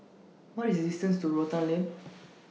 What IS The distance to Rotan Lane